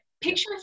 picture